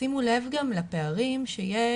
תשימו לב גם לפערים שיש.